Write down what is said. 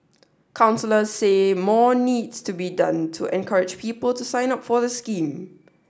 counsellors say more needs to be done to encourage people to sign up for the scheme